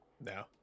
no